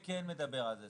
סעיף 8 כן מדבר על זה.